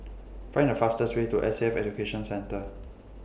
Find The fastest Way to S A F Education Centre